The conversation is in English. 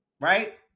right